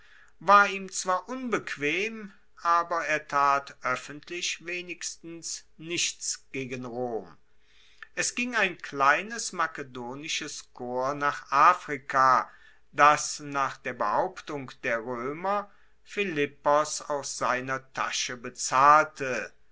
war ihm zwar unbequem aber er tat oeffentlich wenigstens nichts gegen rom es ging ein kleines makedonisches korps nach afrika das nach der behauptung der roemer philippos aus seiner tasche bezahlte